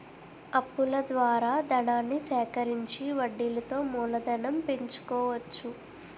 అప్పుల ద్వారా ధనాన్ని సేకరించి వడ్డీలతో మూలధనం పెంచుకోవచ్చు